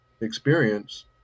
experience